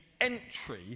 entry